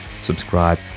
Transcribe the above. subscribe